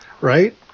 right